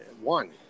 One